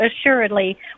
assuredly